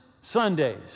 Sundays